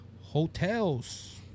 hotels